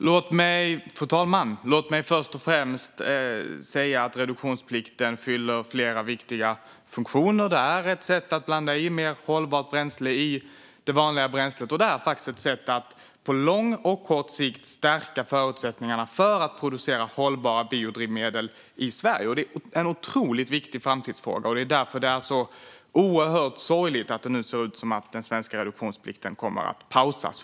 Fru talman! Låt mig först och främst säga att reduktionsplikten fyller flera viktiga funktioner. Det är ett sätt att blanda i mer hållbart bränsle i det vanliga bränslet och att på lång och kort sikt stärka förutsättningarna för att producera hållbara biodrivmedel i Sverige. Det är en otroligt viktig framtidsfråga, och därför är det oerhört sorgligt att den svenska reduktionsplikten, som det ser ut, kommer att pausas.